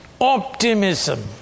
optimism